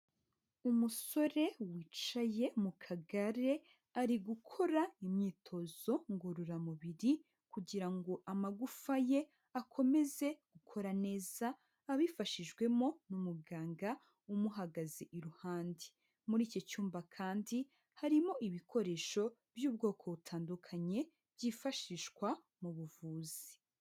Umusore wicaye mu kagare ari gukora imyitozo ngororamubiri kugira ngo amagufa ye akomeze gukora neza, abifashijwemo n'umuganga umuhagaze iruhande. Muri icyo cyumba kandi harimo ibikoresho by'ubwoko butandukanye byifashishwa mu buvuzi.